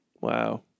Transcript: Wow